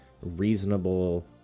reasonable